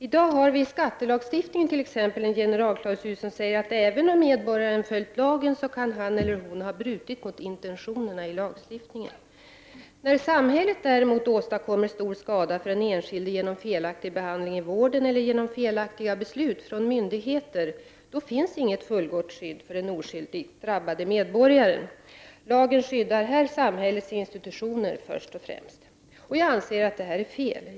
I dag har vi i skattelagstiftningen t.ex. en generalklausul som säger att även om medborgarna har följt lagen kan han eller hon ha brutit mot intentionerna i lagstiftningen. När samhället däremot åstadkommer stor skada för den enskilde genom felaktig behandling i vården eller genom felaktiga beslut från myndigheter, finns inget fullgott skydd för den oskyldigt drabbade medborgaren. Lagen skyddar här först och främst samhällets institutioner. Jag anser att detta är fel.